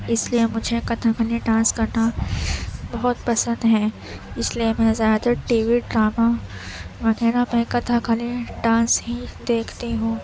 اس لیے مجھے کتھاکلی ڈانس کرنا بہت پسند ہے اس لیے میں زیادہ تر ٹی وی ڈراموں وغیرہ میں کتھاکلی ڈانس ہی دیکھتی ہوں